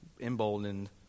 emboldened